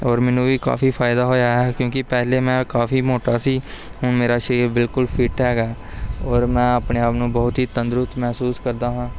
ਔਰ ਮੈਨੂੰ ਵੀ ਕਾਫੀ ਫਾਇਦਾ ਹੋਇਆ ਹੈ ਕਿਉਂਕਿ ਪਹਿਲੇ ਮੈਂ ਕਾਫੀ ਮੋਟਾ ਸੀ ਹੁਣ ਮੇਰਾ ਸਰੀਰ ਬਿਲਕੁਲ ਫਿਟ ਹੈਗਾ ਔਰ ਮੈਂ ਆਪਣੇ ਆਪ ਨੂੰ ਬਹੁਤ ਹੀ ਤੰਦਰੁਸਤ ਮਹਿਸੂਸ ਕਰਦਾ ਹਾਂ